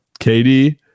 KD